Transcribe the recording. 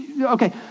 Okay